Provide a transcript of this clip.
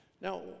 Now